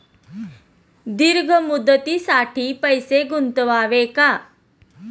दीर्घ मुदतीसाठी पैसे गुंतवावे का?